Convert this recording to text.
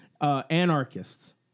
anarchists